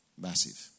massive